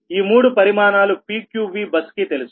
ఈ మూడు పరిమాణాలు PQV బస్ కి తెలుసు